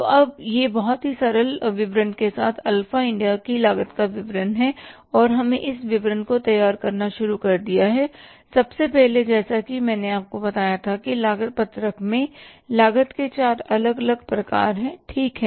तो अब यह बहुत ही सरल विवरण के साथ अल्फ़ा इंडिया की लागत का विवरण है और हमें इस विवरण को तैयार करना शुरू करना है सबसे पहले जैसा कि मैंने आपको बताया था कि लागत पत्रक में लागत के 4 अलग अलग प्रकार हैं ठीक है